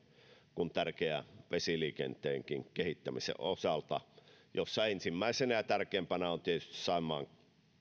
kuin tärkeän vesiliikenteenkin kehittämisen osalta jossa ensimmäisenä ja tärkeimpänä ovat tietysti toimenpiteet saimaan